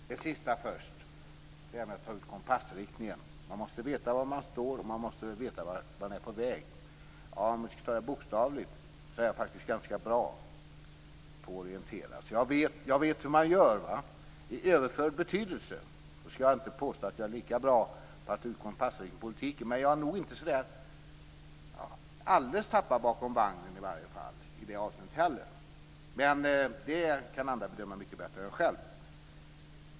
Fru talman! Det sista först om att ta ut kompassriktningen: Man måste veta var man står och man måste veta vart man är på väg. Ja, jag är faktiskt ganska bra på att orientera, så jag vet hur man gör. I överförd betydelse skall jag inte påstå att jag är lika bra på att ta ut kompassriktningen i politiken, men jag är nog inte heller i det avseendet alldeles tappad bakom en vagn. Men det kan andra bedöma mycket bättre än jag själv.